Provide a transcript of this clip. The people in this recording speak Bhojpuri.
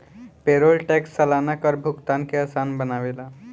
पेरोल टैक्स सलाना कर भुगतान के आसान बनावेला